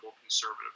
conservative